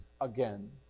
again